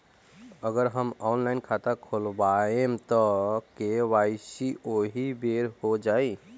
अगर हम ऑनलाइन खाता खोलबायेम त के.वाइ.सी ओहि बेर हो जाई